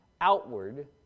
outward